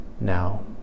now